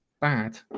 bad